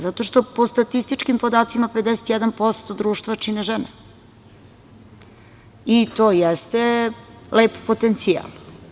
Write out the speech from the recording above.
Zato što, po statističkim podacima, 51% društva čine žene, i to jeste lep potencijal.